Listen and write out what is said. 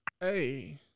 Hey